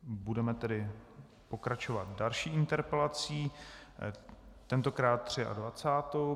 Budeme tedy pokračovat další interpelací, tentokrát 23.